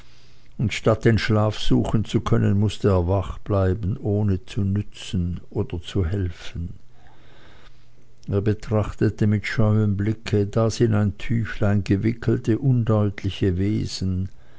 und statt den schlaf suchen zu können mußte er wach bleiben ohne zu nützen oder zu helfen er betrachtete mit scheuem blicke das in ein tüchlein gewickelte undeutliche wesen